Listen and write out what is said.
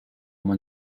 man